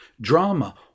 Drama